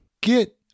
Get